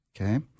okay